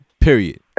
Period